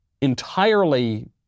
entirely